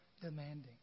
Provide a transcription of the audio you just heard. demanding